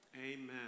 Amen